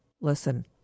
Listen